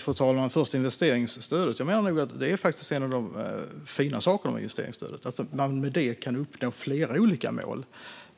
Fru talman! Jag menar att en av de fina sakerna med investeringsstödet är att man med det kan uppnå flera olika mål.